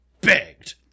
begged